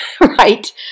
Right